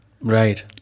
Right